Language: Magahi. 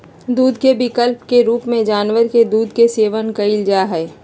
दूध के विकल्प के रूप में जानवर के दूध के सेवन कइल जा हइ